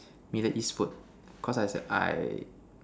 middle east food because I I